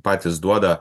patys duoda